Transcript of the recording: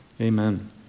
Amen